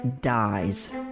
dies